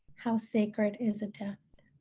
how sacred is a death?